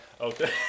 Okay